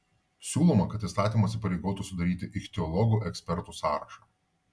siūloma kad įstatymas įpareigotų sudaryti ichtiologų ekspertų sąrašą